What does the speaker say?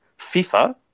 FIFA